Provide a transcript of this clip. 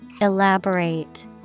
Elaborate